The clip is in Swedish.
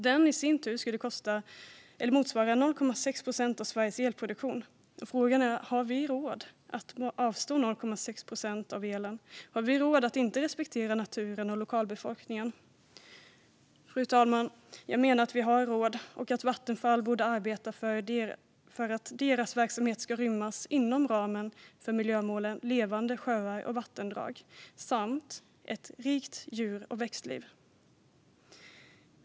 Den skulle i sin tur motsvara 0,6 procent av Sveriges elproduktion. Frågan är: Har vi råd att avstå 0,6 procent av elen och att respektera naturen och lokalbefolkningen? Jag menar att vi har råd, fru talman, och att Vattenfall borde arbeta för att deras verksamhet ska rymmas inom ramen för miljömålen Levande sjöar och vattendrag samt Ett rikt växt och djurliv.